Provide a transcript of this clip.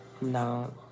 No